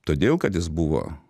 todėl kad jis buvo